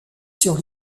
sur